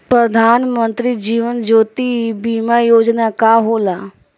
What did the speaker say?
प्रधानमंत्री जीवन ज्योति बीमा योजना का होला?